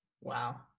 Wow